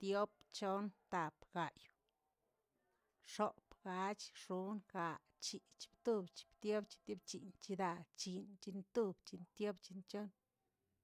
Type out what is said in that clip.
Diop, chon, tap, gayꞌ, xoop, gach, xonꞌ, gaꞌa, chi, chibtiob, chibtiop, chiptiobchin, chidaa, chinꞌ, chinꞌtob, chinꞌbtiop, chinꞌbchon.